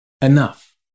enough